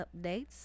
updates